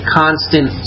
constant